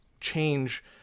change